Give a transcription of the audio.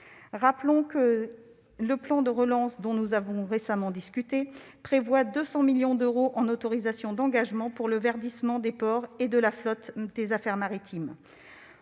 Rappelons que le plan de relance, dont nous avons récemment discuté, prévoit 200 millions d'euros en autorisations d'engagement pour le verdissement des ports et de la flotte des affaires maritimes.